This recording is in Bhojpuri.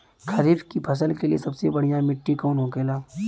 खरीफ की फसल के लिए सबसे बढ़ियां मिट्टी कवन होखेला?